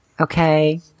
okay